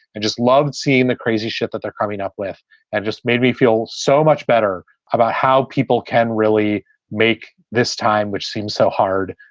and just loved seeing the crazy shit that they're coming up with and just made me feel so much better about how people can really make this time, which seems so hard.